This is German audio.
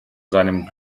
seinem